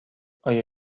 آیا